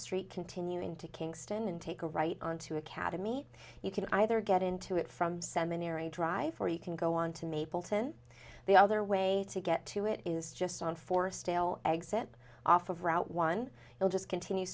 street continue into kingston and take a right onto academy you can either get into it from seminary drive or you can go on to mapleton the other way to get to it is just on forestdale exit off of route one will just continue